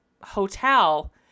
hotel